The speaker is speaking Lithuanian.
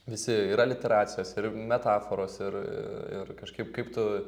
visi ir aliteracijos ir metaforos ir ir kažkaip kaip tu